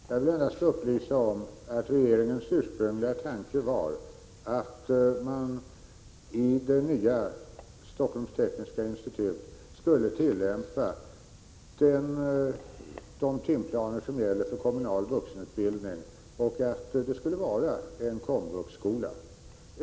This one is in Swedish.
Herr talman! Jag vill endast upplysa om att regeringens ursprungliga tanke 8 december 1986 var att man vid det nya Stockholms Tekniska institut skulle tillämpa de timplaner som gäller för kommunal vuxenutbildning och att det skulle vara ett komvux-skola.